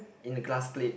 in the glass plate